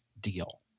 deal